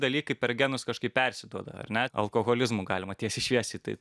dalykai per genus kažkaip persiduoda ar ne alkoholizmu galima tiesiai šviesiai tai